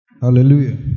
Hallelujah